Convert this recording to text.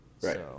Right